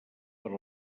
per